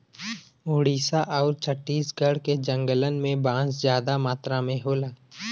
ओडिसा आउर छत्तीसगढ़ के जंगलन में बांस जादा मात्रा में होला